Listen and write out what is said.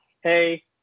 hey